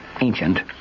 ancient